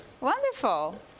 Wonderful